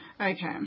Okay